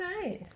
nice